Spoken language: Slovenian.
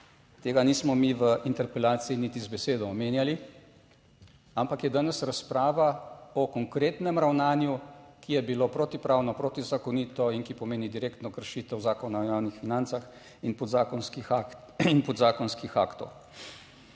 Tega nismo mi v interpelaciji niti z besedo omenjali, ampak je danes razprava o konkretnem ravnanju, ki je bilo protipravno, protizakonito in ki pomeni direktno kršitev Zakona o javnih financah in podzakonskih aktov.